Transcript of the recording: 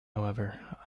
however